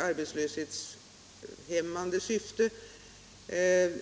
arbetslöshetshämmande syfte.